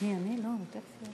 אני לא אוותר לו.